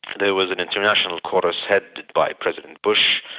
there was an international chorus headed by president bush,